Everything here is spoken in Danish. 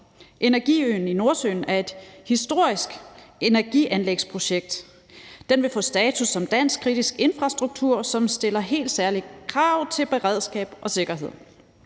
Energiøen i Nordsøen er et historisk energianlægsprojekt. Den vil få status som dansk kritisk infrastruktur, som stiller helt særlige krav til beredskab og sikkerhed.